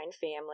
family